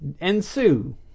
ensue